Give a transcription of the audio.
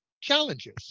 challenges